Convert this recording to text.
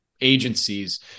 agencies